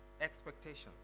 Expectations